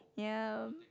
yeah